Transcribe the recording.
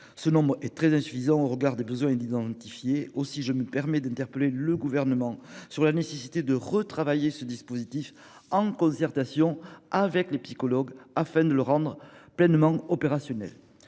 Ce nombre est très insuffisant au regard des besoins identifiés. Aussi, j'appelle le Gouvernement à retravailler ce dispositif en concertation avec les psychologues, afin de le rendre pleinement opérationnel.